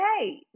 okay